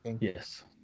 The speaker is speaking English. Yes